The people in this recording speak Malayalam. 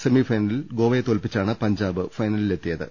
സെമിഫൈനലിൽ ഗോവയെ തോൽപ്പിച്ചാണ് പഞ്ചാബ് ഫൈനലിലെത്തിയത്